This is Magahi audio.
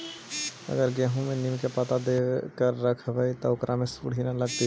अगर गेहूं में नीम के पता देके यखबै त ओकरा में सुढि न लगतै का?